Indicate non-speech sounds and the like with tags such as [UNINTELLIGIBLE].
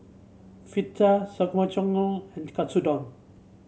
[UNINTELLIGIBLE] and Katsudon